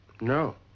No